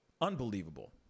unbelievable